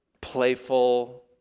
playful